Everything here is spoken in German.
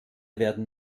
werden